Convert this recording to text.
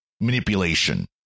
manipulation